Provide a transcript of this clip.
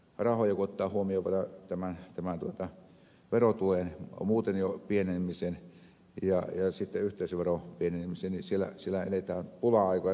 kun ottaa huomioon vielä tämän verotulojen pienenemisen jo muuten ja sitten yhteisöveron pienenemisen niin siellä eletään pula aikoja